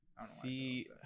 see